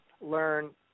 learn